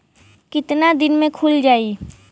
कितना दिन में खुल जाई?